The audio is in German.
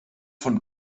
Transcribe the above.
von